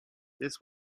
this